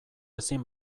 ezin